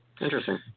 Interesting